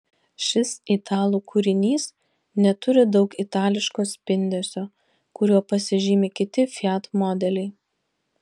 šis italų kūrinys neturi daug itališko spindesio kuriuo pasižymi kiti fiat modeliai